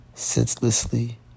senselessly